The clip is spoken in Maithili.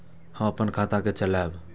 हम अपन खाता के चलाब?